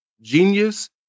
genius